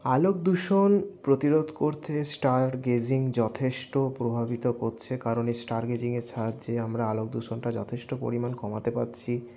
আলোক দূষণ প্রতিরোধ করতে স্টার গেজিং যথেষ্ট প্রভাবিত করছে কারণ এই স্টার গেজিংয়ের সাহায্যে আমরা আলোক দূষণটা যথেষ্ট পরিমাণ কমাতে পারছি